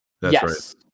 Yes